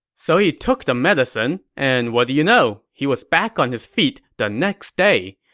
so he took the medicine, and what do you know? he was back on his feet the next day.